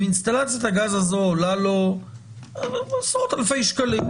ואינסטלציית הגז הזו עולה לו עשרות אלפי שקלים,